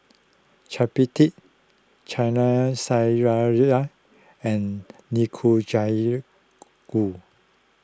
Chapati Chana and